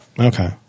okay